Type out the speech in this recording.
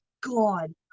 God